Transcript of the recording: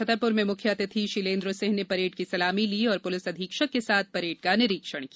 छतरपुर में मुख्य अतिथि शीलेन्द्र सिंह ने परैड की सलामी ली और पुलिस अधीक्षक के साथ परैड का निरीक्षण किया